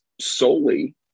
solely